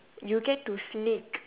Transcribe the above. you get to sneak